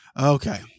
Okay